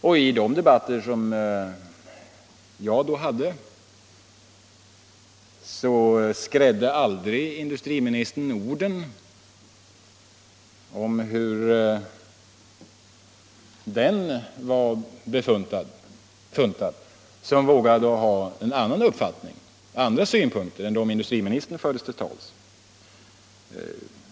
Och i de debatter som jag då deltog i skrädde industriministern aldrig orden om hur den vore funtad som vågade ha en annan uppfattning och andra synpunkter än de som industriministern förde till torgs.